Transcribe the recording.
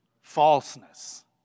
falseness